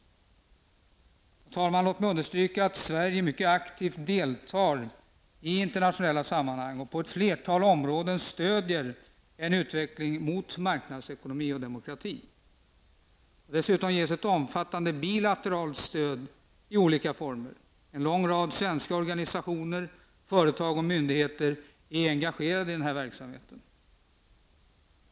Herr talman! Låt mig också understryka att Sverige mycket aktivt deltar i internationella sammanhang och på ett flertal områden stöder en utveckling mot marknadsekonomi och demokrati. Dessutom ges ett omfattande bilateralt stöd i olika former. En lång rad svenska organisationer, företag och myndigheter är engagerade i denna verksamhet.